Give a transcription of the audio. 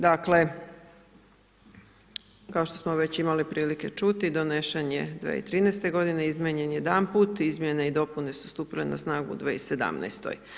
Dakle, kao što smo već imali prilike čuti, donesen je 2013., izmijenjen je jedanput, izmjene i dopune su stupile na snagu u 2017.